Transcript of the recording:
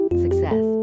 Success